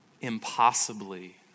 impossibly